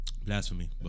Blasphemy